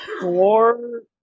four